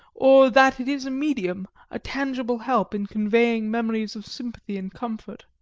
or that it is a medium, a tangible help, in conveying memories of sympathy and comfort?